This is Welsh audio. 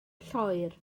lloer